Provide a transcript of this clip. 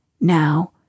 Now